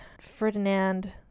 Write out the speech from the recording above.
Ferdinand